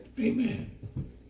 Amen